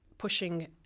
pushing